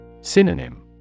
Synonym